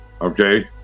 okay